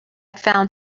found